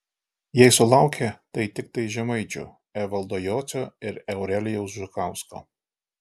jei sulaukė tai tiktai žemaičių evaldo jocio ir eurelijaus žukausko